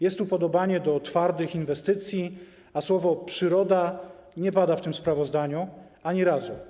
Jest upodobanie do twardych inwestycji, a słowo „przyroda” nie pada w tym sprawozdaniu ani razu.